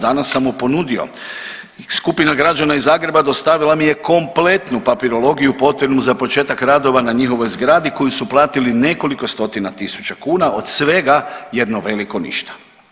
Danas sam mu ponudio, skupina građana iz Zagreba dostavila mi je kompletnu papirologiju potrebnu za početak radova na njihovoj zgradi koju su platiti nekoliko stotina tisuća kuna, od svega jedno veliko ništa.